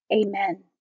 Amen